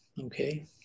okay